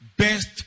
best